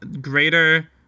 greater